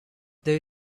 they